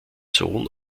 sohn